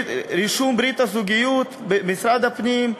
רישום של ברית הזוגיות במשרד הפנים?